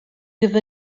give